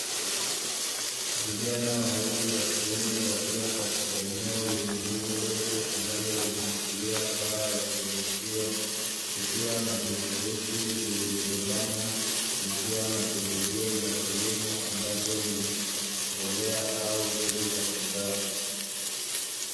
Vijana wawili wa kiume, wakiwa katika eneo lenye nguzo refu ambalo limeshikilia paa ya sehemu hiyo kukiwa na vifurushi vilivyobebana, vikiwa na pembejeo za kilimo ambazo ni mbolea au mbegu za mazao.